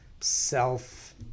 self